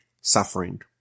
suffering